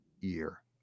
year